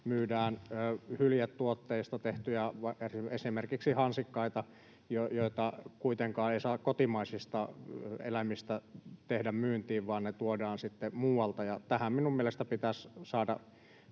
myydään hyljetuotteita, esimerkiksi hansikkaita, joita kuitenkaan ei saa kotimaisista eläimistä tehdä myyntiin, vaan ne tuodaan sitten muualta. Tähän minun mielestäni pitäisi saada